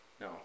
No